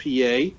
PA